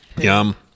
Yum